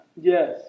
Yes